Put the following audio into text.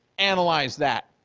analyze that.